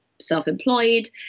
self-employed